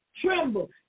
tremble